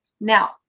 Now